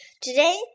Today